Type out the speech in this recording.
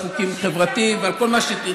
לעבוד על חוקים חברתיים ועל כל מה שתרצו.